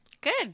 Good